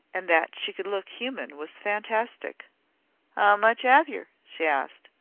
and that she could look human was fantastic. ow much ave yer? she asked.